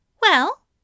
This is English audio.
Well